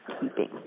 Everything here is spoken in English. keeping